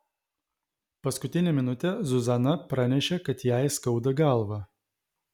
paskutinę minutę zuzana pranešė kad jai skauda galvą